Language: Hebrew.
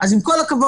אז עם כל הכבוד,